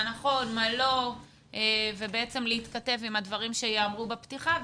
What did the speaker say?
נכון ומה לא ובעצם להתכתב עם הדברים שייאמרו בפתיחה.